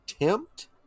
attempt